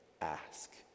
ask